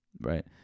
right